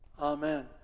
Amen